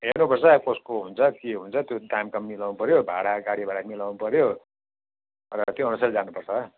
हेर्नुपर्छ अब कसको हुन्छ के हुन्छ त्यो दामकाम मिलाउनु पर्यो भाडा गाडी भाडा मिलाउनुपर्यो अन्त त्योअनुसारले जानुपर्छ